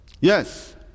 Yes